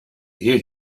hear